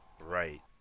right